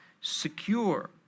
secure